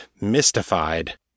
mystified